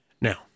Now